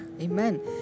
amen